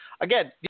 Again